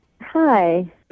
Hi